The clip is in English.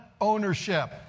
ownership